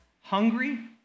hungry